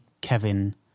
Kevin